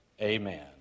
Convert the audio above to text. Amen